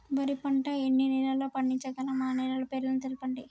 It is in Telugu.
వరి పంట ఎన్ని నెలల్లో పండించగలం ఆ నెలల పేర్లను తెలుపండి?